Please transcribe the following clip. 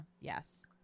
Yes